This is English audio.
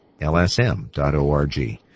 lsm.org